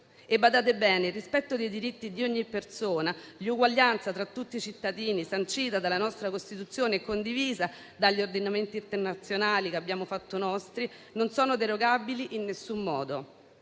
- badate bene - il rispetto dei diritti di ogni persona, l'uguaglianza tra tutti i cittadini sancita dalla nostra Costituzione e condivisa dagli ordinamenti internazionali che abbiamo fatto nostri non sono derogabili in nessun modo.